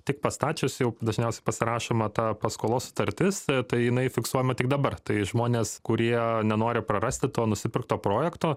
tik pastačius jau dažniausiai pasirašoma ta paskolos sutartis tai jinai fiksuojama tik dabar tai žmonės kurie nenori prarasti to nusipirkto projekto